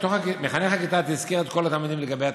מחנך הכיתה תזכר את כל התלמידים לגבי התשלום.